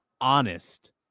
honest